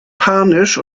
panisch